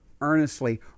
earnestly